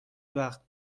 وقت